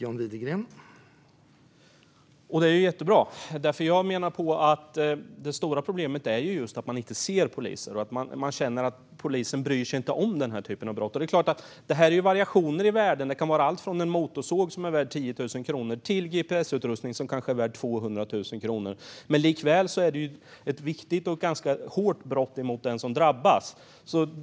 Herr talman! Det är jättebra, för jag menar att det stora problemet är just att man inte ser poliser och att man känner att polisen inte bryr sig om den här typen av brott. Det är klart att värdena varierar. Det kan vara allt från en motorsåg, som är värd 10 000 kronor, till en gps-utrustning, som kanske är värd 200 000 kronor. Men det är ändå ett ganska hårt brott mot den som drabbas.